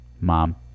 mom